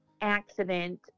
accident